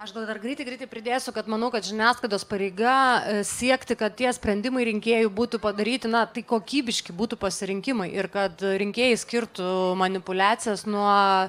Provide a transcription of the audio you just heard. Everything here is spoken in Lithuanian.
aš gal dar greitai greitai pridėsiu kad manau kad žiniasklaidos pareiga siekti kad tie sprendimai rinkėjų būtų padaryti na tai kokybiški būtų pasirinkimai ir kad rinkėjai skirtų manipuliacijas nuo